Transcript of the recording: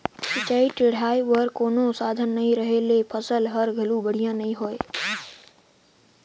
सिंचई टेड़ई बर कोनो साधन नई रहें ले फसल हर घलो बड़िहा नई होय